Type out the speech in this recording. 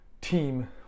team